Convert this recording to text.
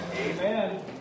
Amen